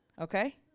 okay